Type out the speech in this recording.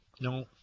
No